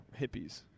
hippies